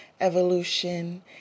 evolution